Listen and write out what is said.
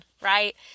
right